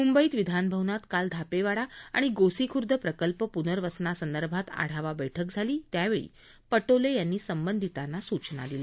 मुंबईत विधानभवनात काल धापेवाडा आणि गोसीखुर्द प्रकल्प पुनर्वसनासंदर्भात आढावा बैठक झाली त्यावेळी पटोले यांनी संबंधितांना या सूचना दिल्या